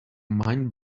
mind